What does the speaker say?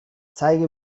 zeige